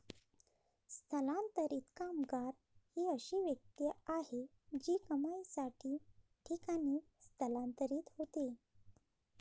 स्थलांतरित कामगार ही अशी व्यक्ती आहे जी कमाईसाठी ठिकाणी स्थलांतरित होते